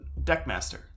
deckmaster